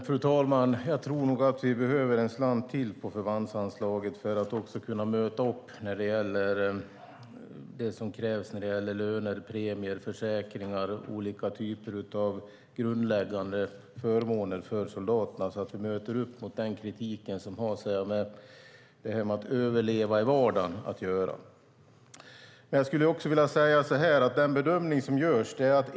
Fru talman! Jag tror nog att vi behöver en slant till på förbandsanslaget för det som krävs när det gäller löner, premier, försäkringar och olika typer av grundläggande förmåner för soldaterna, så att vi möter upp mot kritiken som har att göra med att överleva i vardagen.